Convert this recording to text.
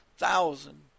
thousand